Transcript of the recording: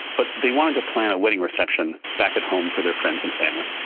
but they wanted to plan a wedding reception back at home for their friends and family.